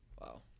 Wow